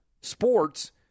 sports